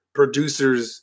producers